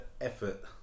effort